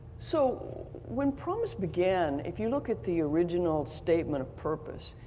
so when promis began, if you look at the original statement of purpose,